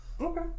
okay